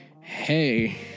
hey